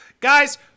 Guys